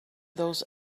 those